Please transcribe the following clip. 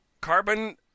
Carbon